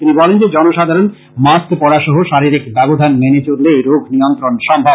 তিনি বলেন যে জনসাধারনকে মাস্ক পরা সহ শারীরিক ব্যবসধান মেনে চললে এই রোগ নিয়ন্ত্রন সম্ভব